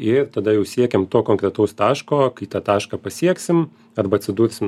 ir tada jau siekiam to konkretaus taško kai tą tašką pasieksim arba atsidursim